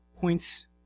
points